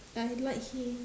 I like him